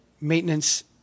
maintenance